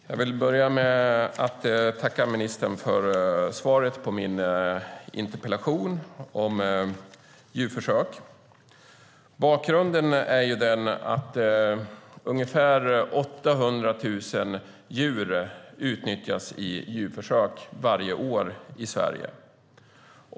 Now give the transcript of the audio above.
Jag vill börja med att tacka ministern för svaret på min interpellation om djurförsök. Bakgrunden till interpellationen är att ungefär 800 000 djur utnyttjas i djurförsök i Sverige varje år.